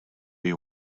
you